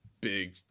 big